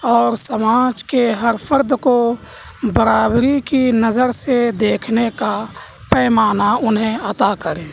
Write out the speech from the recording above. اور سماج کے ہر فرد کو برابری کی نظر سے دیکھنے کا پیمانہ انہیں عطا کریں